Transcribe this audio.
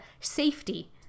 safety